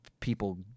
People